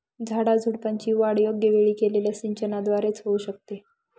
झाडाझुडपांची वाढ योग्य वेळी केलेल्या सिंचनाद्वारे च होऊ शकते